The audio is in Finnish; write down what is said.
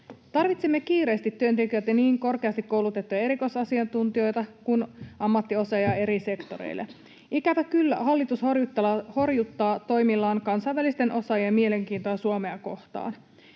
Tarvitsemme kiireesti työntekijöitä, niin korkeasti koulutettuja erikoisasiantuntijoita kuin ammattiosaajia eri sektoreille. Ikävä kyllä hallitus horjuttaa toimillaan kansainvälisten osaajien mielenkiintoa Suomea kohtaan,